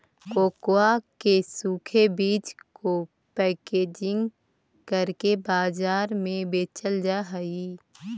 cocoa के सूखे बीज को पैकेजिंग करके बाजार में बेचल जा हई